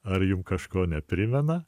ar jum kažko neprimena